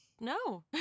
no